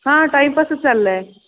हा टाईमपासच चाललाय